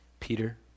Peter